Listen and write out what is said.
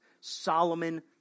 Solomon